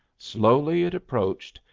slowly it approached,